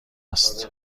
است